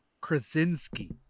Krasinski